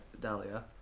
Dahlia